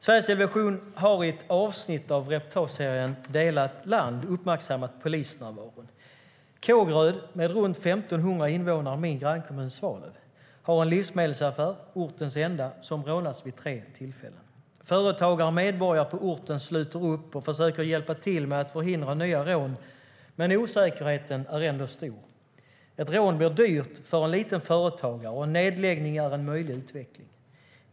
Sveriges Television har i ett avsnitt av reportageserien Delat land uppmärksammat polisnärvaron. Kågeröd, med runt 1 500 invånare i min grannkommun Svalöv, har en livsmedelsaffär, ortens enda, som rånats vid tre tillfällen. Företagare och medborgare på orten sluter upp och försöker hjälpa till med att förhindra nya rån, men osäkerheten är ändå stor. Ett rån blir dyrt för en liten företagare, och nedläggning är en möjlig utveckling.